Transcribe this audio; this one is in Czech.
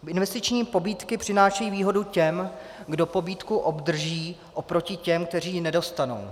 Investiční pobídky přinášejí výhodu těm, kdo pobídku obdrží, oproti těm, kteří ji nedostanou.